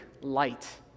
light